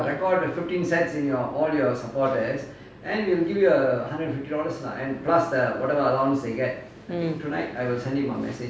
mm